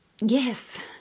Yes